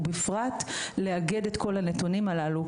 ובפרט- לאגד את הנתונים הללו.